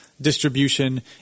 distribution